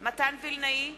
מתן וילנאי,